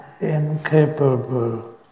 incapable